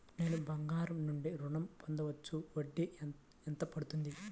నేను బంగారం నుండి ఋణం పొందవచ్చా? వడ్డీ ఎంత పడుతుంది?